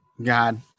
God